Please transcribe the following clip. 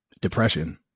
depression